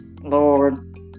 Lord